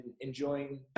enjoying